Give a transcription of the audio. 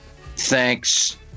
thanks